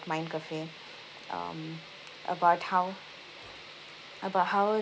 mind cafe um about how about how